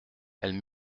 elle